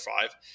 five